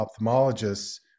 ophthalmologists